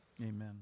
Amen